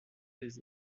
les